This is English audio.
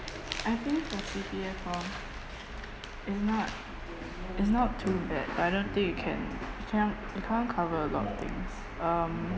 I think the C_P_F hor is not is not too bad but I don't think it can it cannot it can't cover a lot of things um